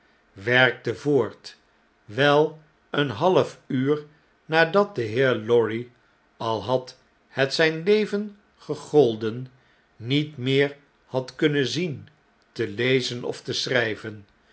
werkte voort wel een half uur nadat de heer lorry al had het zgn leven gegolden niet meer had kunnen zien te lezen of te schryven